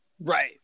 Right